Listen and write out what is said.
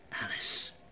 Alice